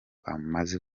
amaze